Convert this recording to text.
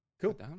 Cool